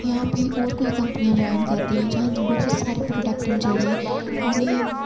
जां प्ही होर कपनियां ज्वॉइन करदे नां होर बड़े सारे प्रोडेक्ट न जेह्ड़े